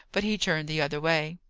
but he turned the other way.